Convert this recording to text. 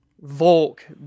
Volk